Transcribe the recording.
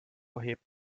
hebt